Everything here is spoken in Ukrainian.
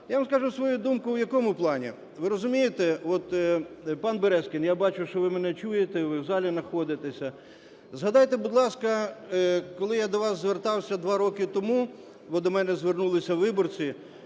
Я вам скажу свою думку в якому плані. Ви розумієте, пан Березкін, я бачу, що ви мене чуєте, ви в залі знаходитеся. Згадайте, будь ласка, коли я до вас звертався два роки тому, бо до мене звернулися виборці